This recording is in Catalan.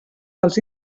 dels